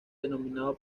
denominado